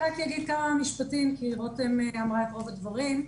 רק אגיד כמה משפטים, כי רותם אמרה את רוב הדברים.